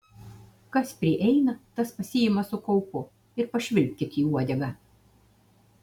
kas prieina tas pasiima su kaupu ir pašvilpkit į uodegą